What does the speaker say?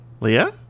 leah